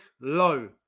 low